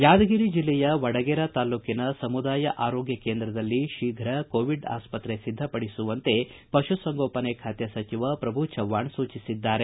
ಯಾದಗಿರಿ ಜಿಲ್ಲೆಯ ವಡಗೇರಾ ತಾಲ್ಲೂಕಿನ ಸಮುದಾಯ ಆರೋಗ್ಯ ಕೇಂದ್ರದಲ್ಲಿ ಶೀಘ ಕೋವಿಡ್ ಆಸ್ಪತ್ರೆ ಸಿದ್ದಪಡಿಸುವಂತೆ ಪಶುಸಂಗೋಪನೆ ಖಾತೆ ಸಚಿವ ಪ್ರಭು ಚವ್ನಾಣ್ ಸೂಚಿಸಿದ್ದಾರೆ